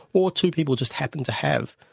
or two people just happened to have,